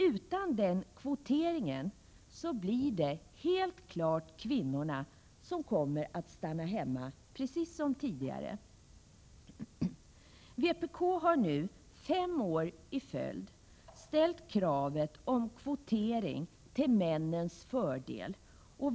Utan den kvoteringen blir det helt klart kvinnorna som kommer att stanna hemma, precis som tidigare. Vpk har nu fem år i följd ställt kravet på kvotering till männens fördel.